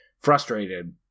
frustrated